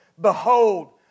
Behold